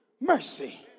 mercy